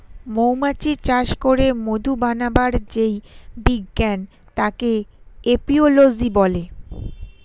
মৌমাছি চাষ করে মধু বানাবার যেই বিজ্ঞান তাকে এপিওলোজি বলে